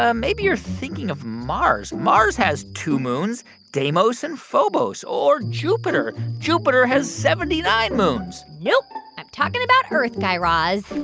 ah maybe you're thinking of mars. mars has two moons deimos and phobos. or jupiter jupiter has seventy nine moons nope. i'm talking about earth, guy raz.